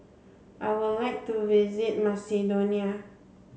I would like to visit Macedonia